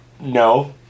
no